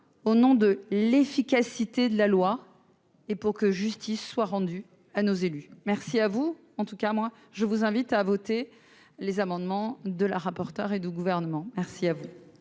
au nom de l'efficacité de la loi et pour que justice soit rendue à nos élus, merci à vous en tout cas moi je vous invite à voter les amendements de la rapporteure et du gouvernement. Il vous